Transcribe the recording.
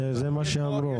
כי זה מה שאמרו.